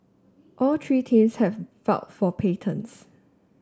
all three teams have filed for patents